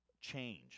change